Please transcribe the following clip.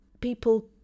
people